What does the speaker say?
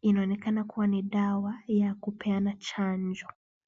inaonekana kuwa ni dawa ya kupeana chanjo.